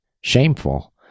shameful